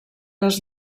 les